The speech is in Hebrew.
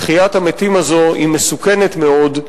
תחיית המתים הזו היא מסוכנת מאוד,